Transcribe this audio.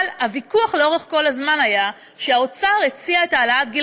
אבל הוויכוח לאורך כל הזמן היה שהאוצר הציע את העלאת גיל